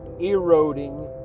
eroding